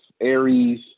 Aries